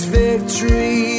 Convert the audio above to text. victory